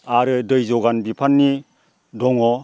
आरो दै जगान बिफाननि दङ